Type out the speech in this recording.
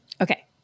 okay